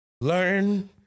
Learn